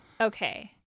Okay